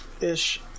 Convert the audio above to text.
ish